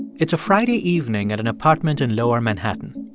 it's a friday evening at an apartment in lower manhattan.